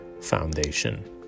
foundation